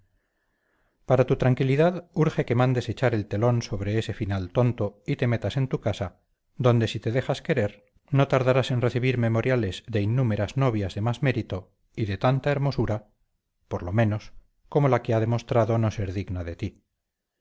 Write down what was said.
para tu tranquilidad urge que mandes echar el telón sobre ese final tonto y te metas en tu casa donde si te dejas querer no tardarás en recibir memoriales de innúmeras novias de más mérito y de tanta hermosura por lo menos como la que ha demostrado no ser digna de ti